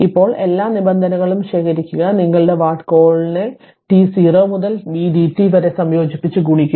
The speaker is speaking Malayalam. ഇപ്പോൾ എല്ലാ നിബന്ധനകളും ശേഖരിക്കുക നിങ്ങളുടെ വാട്ട്കാളിനെ t 0 മുതൽ v dt വരെ സംയോജിപ്പിച്ച് ഗുണിക്കുന്നു